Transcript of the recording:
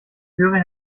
führe